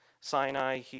Sinai